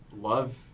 love